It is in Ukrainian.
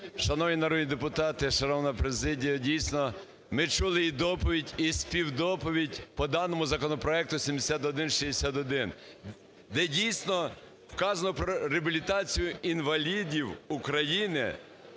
народні депутати, шановна президія! Дійсно, ми чули доповідь і співдоповідь по даному законопроекту 7161, де, дійсно, вказано про реабілітацію інвалідів України